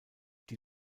die